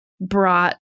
brought